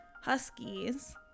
huskies